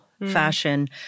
fashion